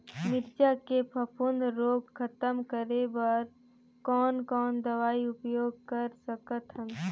मिरचा के फफूंद रोग खतम करे बर कौन कौन दवई उपयोग कर सकत हन?